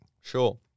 Sure